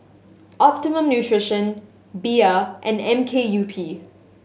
Optimum Nutrition Bia and M K U P